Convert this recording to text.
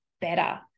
better